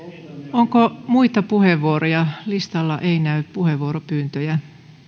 onko muita puheenvuoroja listalla ei näy puheenvuoropyyntöjä